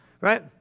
Right